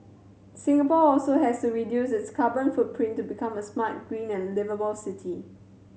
Singapore also has to reduce its carbon footprint to become a smart green and liveable city